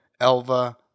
Elva